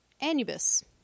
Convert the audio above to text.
anubis